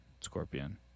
Scorpion